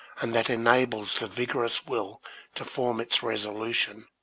and that enables the vigorous will to form its resolution,